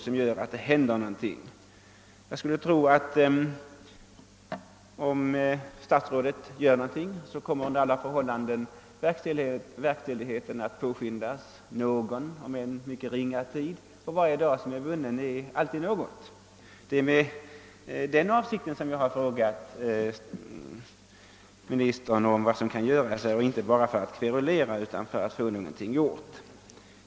Om statsrådet åtminstone tar ett initiativ, tror jag att verkställigheten kan påskyndas, om än mycket ringa tid. Varje dag som kan vinnas är emellertid av värde. Det var detta som var avsikten med min fråga. Jag ställde den inte för att kverulera, utan för att någonting skulle göras.